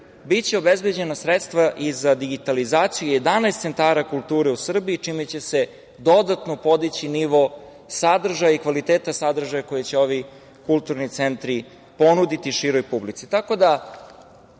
biće obezbeđena sredstva i za digitalizaciju 11 centara kulture u Srbiji, čime će se dodatno podići nivo, sadržaj i kvalitet sadržaja koji će ovi kulturni centri ponuditi široj publici. Pored